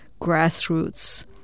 grassroots